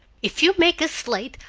if you make us late,